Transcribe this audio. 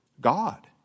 God